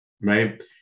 right